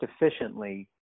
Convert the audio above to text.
efficiently